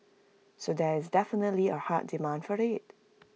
so there is definitely A hard demand for IT